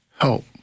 help